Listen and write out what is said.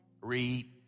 Read